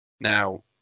Now